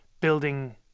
building